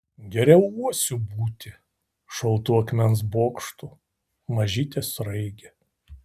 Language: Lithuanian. geriau uosiu būti šaltu akmens bokštu mažyte sraige